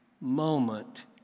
moment